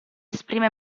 esprime